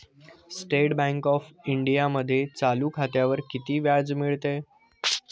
State bank of इंडियामध्ये चालू खात्यावर किती व्याज मिळते?